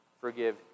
forgive